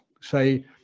say